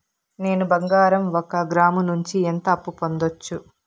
నేను బంగారం ఒక గ్రాము నుంచి ఎంత అప్పు పొందొచ్చు